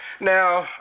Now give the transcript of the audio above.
Now